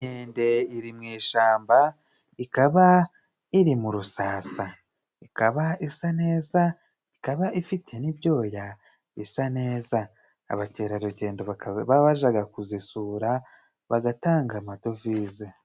Inkende iri mu ishamba ikaba iri mu rusasa, ikaba isa neza ikaba ifite n'ibyoya bisa neza, abakerarugendo bakaba bajaga kuzisura bagatanga amadovize.